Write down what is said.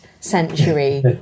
century